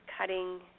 cutting